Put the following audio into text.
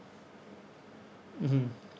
mmhmm